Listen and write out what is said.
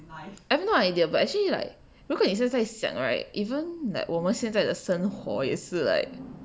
I have no idea but actually like 如果你现在想 right even like 我们现在的生活也是 like